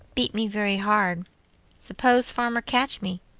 beat me very hard suppose farmer catch me,